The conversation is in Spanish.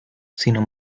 sino